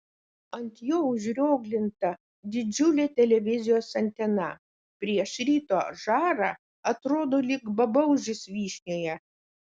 ant jo užrioglinta didžiulė televizijos antena prieš ryto žarą atrodo lyg babaužis vyšnioje